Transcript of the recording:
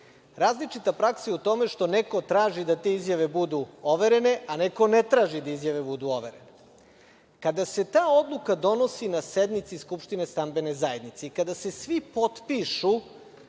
zgrade. Različita praksa je u tome što neko traži da te izjave budu overene, a neko ne traži da izjave budu overene. Kada se ta odluka donosi na sednici skupštine stambene zajednice i kad se svi potpišu